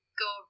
go